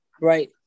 Right